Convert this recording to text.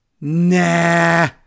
Nah